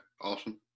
Awesome